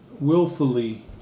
willfully